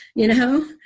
you know,